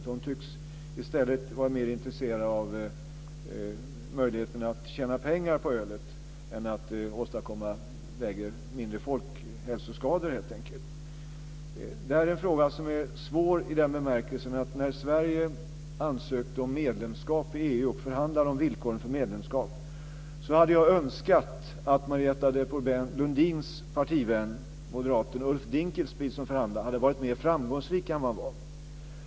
Hon tycks helt enkelt vara mer intresserad av möjligheterna att tjäna pengar på ölet än att åstadkomma mindre folkhälsoskador. Detta är en fråga som är svår i den bemärkelsen att när Sverige ansökte om medlemskap i EU och förhandlade om villkoren för detta skulle jag ha önskat att Marietta de Pourbaix-Lundins partivän, moderaten Ulf Dinkelspiel, hade varit mer framgångsrik som förhandlare än vad han var.